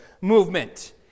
movement